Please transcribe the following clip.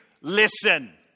listen